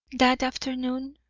that afternoon,